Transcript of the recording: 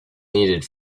needed